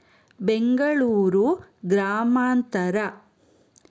ಬೆಂಗಳೂರು ಗ್ರಾಮಾಂತರ